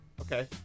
Okay